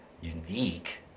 unique